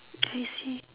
I see